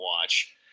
watch